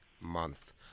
month